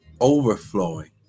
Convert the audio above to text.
Overflowing